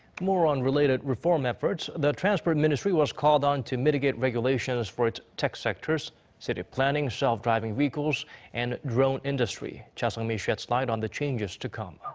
more on related reform efforts. the transport ministry was called on to mitigate regulations for its tech sectors city planning, self-driving vehicles and drone industry. cha sang-mi sheds light on the changes to come.